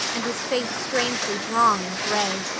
and his face strangely drawn and gray.